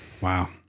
Wow